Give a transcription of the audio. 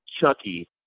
Chucky